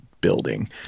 Building